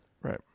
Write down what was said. Right